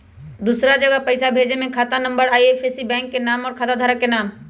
दूसरा जगह पईसा भेजे में खाता नं, आई.एफ.एस.सी, बैंक के नाम, और खाता धारक के नाम?